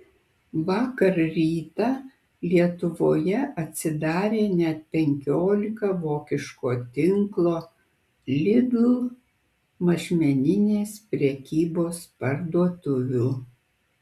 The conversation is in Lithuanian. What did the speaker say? vakar rytą lietuvoje atsidarė net penkiolika vokiško tinklo lidl mažmeninės prekybos parduotuvių